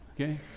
Okay